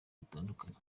butandukanye